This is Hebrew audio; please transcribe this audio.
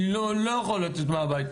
אני לא יכול לצאת מהבית,